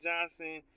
Johnson